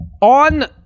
On